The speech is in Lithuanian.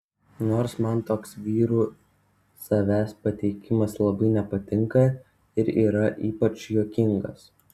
nors man toks vyrų savęs pateikimas labai nepatinka ir yra ypač juokingas